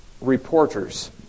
reporters